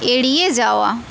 এড়িয়ে যাওয়া